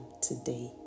today